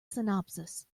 synopsis